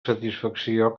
satisfacció